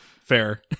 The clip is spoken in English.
Fair